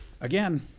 Again